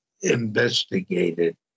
investigated